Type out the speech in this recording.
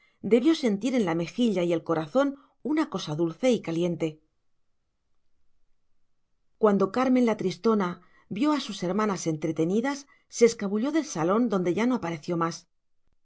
debió sentir en la mejilla y el corazón una cosa dulce y caliente cuando carmen la tristona vio a sus hermanas entretenidas se escabulló del salón donde ya no apareció más